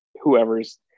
whoever's